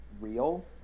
real